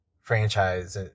franchise